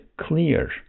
clear